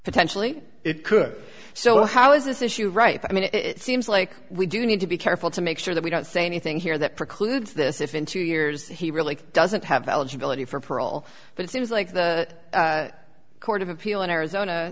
potentially it could so how is this issue right i mean it seems like we do need to be careful to make sure that we don't say anything here that precludes this if in two years he really doesn't have eligibility for parole but it seems like the court of appeal in arizona